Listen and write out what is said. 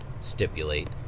stipulate